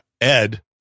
Ed